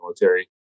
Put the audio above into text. military